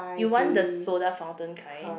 you want the soda fountain kind